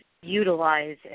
utilize